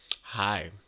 Hi